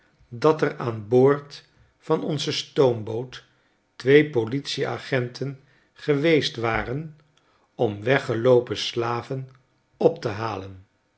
dat er aan boord van onze stoomboot twee politieagenten geweest waren om weggeloopen slaven op te halen